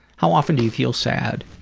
how often do you feel sad?